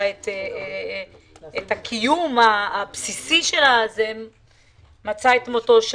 את הקיום הבסיסי שלהם מצא שם את מותו.